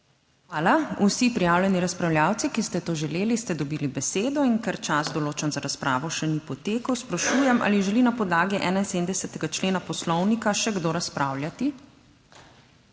Hvala. Vsi prijavljeni razpravljavci, ki ste to želeli, ste dobili besedo. In ker čas določen za razpravo še ni potekel, sprašujem, ali želi na podlagi 71. člena Poslovnika še kdo razpravljati?